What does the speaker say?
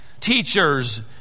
teachers